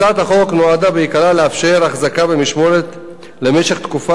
הצעת החוק נועדה בעיקרה לאפשר החזקה במשמורת למשך תקופה